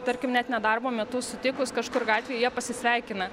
tarkim net ne darbo metu sutikus kažkur gatvėj jie pasisveikina